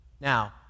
Now